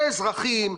זה אזרחים,